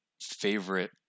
favorite